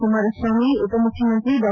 ಕುಮಾರಸ್ವಾಮಿ ಉಪಮುಖ್ಯಮಂತ್ರಿ ಡಾ